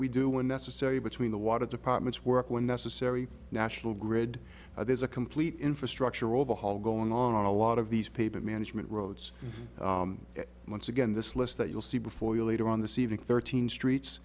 we do when necessary between the water departments work when necessary national grid there's a complete infrastructure overhaul going on on a lot of these pavement management roads and once again this list that you'll see before you later on the scene in thirteen streets